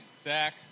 Zach